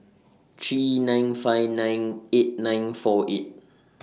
three nine five nine eight nine four eight